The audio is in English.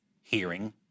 hearing